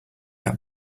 that